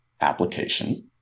application